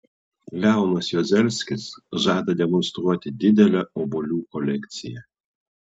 leonas juozelskis žada demonstruoti didelę obuolių kolekciją